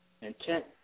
Intent